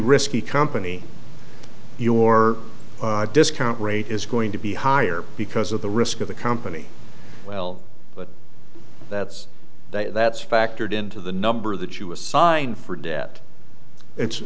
risky company your discount rate is going to be higher because of the risk of the company well but that's that that's factored into the number that you assign for debt it's